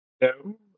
No